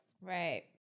Right